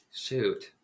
Shoot